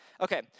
Okay